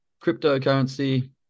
cryptocurrency